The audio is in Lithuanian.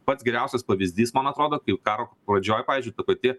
pats geriausias pavyzdys man atrodo kaip karo pradžioj pavyzdžiui ta pati